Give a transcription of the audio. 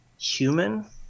human